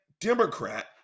Democrat